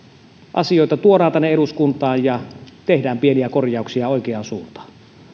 asioita tuodaan tänne eduskuntaan ja tehdään pieniä korjauksia oikeaan suuntaan